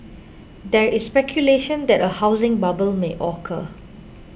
there is speculation that a housing bubble may occur